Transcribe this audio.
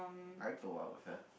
I go out with her